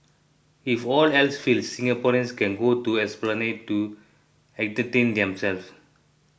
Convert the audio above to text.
if all else fails Singaporeans can go to Esplanade to entertain themselves